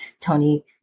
Tony